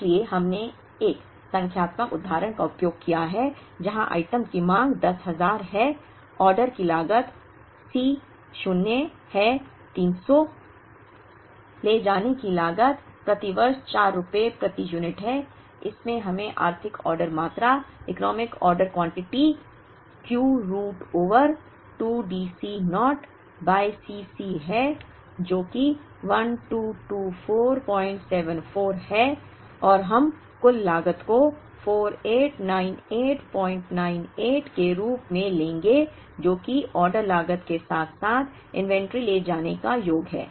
इसलिए हमने एक संख्यात्मक उदाहरण का उपयोग किया है जहां आइटम की मांग 10000 है ऑर्डर की लागत सी शून्य है 300 ले जाने की लागत प्रति वर्ष 4 रुपये प्रति यूनिट है इससे हमें आर्थिक ऑर्डर मात्रा economic order quantity Q root over 2 D C naught by Cc है जो कि 122474 है और हम कुल लागत को 489898 के रूप में लेंगे जो कि ऑर्डर लागत के साथ साथ इन्वेंट्री ले जाने का योग है